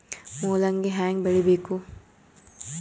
ಮೂಲಂಗಿ ಹ್ಯಾಂಗ ಬೆಳಿಬೇಕು?